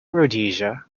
rhodesia